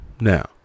Now